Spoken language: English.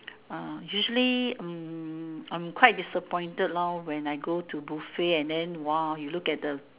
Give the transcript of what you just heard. uh usually mm I'm quite disappointed lor when I go to buffet and then !wah! you look at the